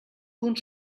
punt